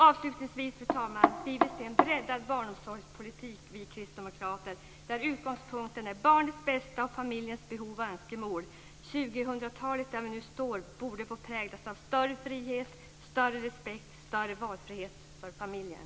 Avslutningsvis, fru talman, vill vi kristdemokrater se en breddad barnomsorgspolitik där utgångspunkten är barnets bästa och familjens behov och önskemål. 2000-talet, där vi nu står, borde få präglas av större frihet, större respekt, större valfrihet för familjen.